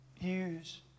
use